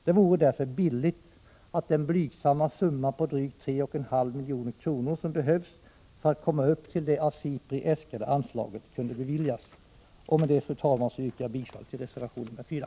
Det vore därför billigt att den blygsamma summa på drygt 3,5 milj.kr. som behövs för att komma upp till det av SIPRI äskade anslaget kunde beviljas. Med det, fru talman, yrkar jag bifall till reservation nr 4.